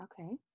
okay